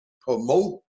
promote